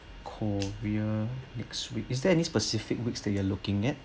vancouver next week is there any specific weeks that you are looking at